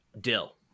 Dill